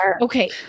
Okay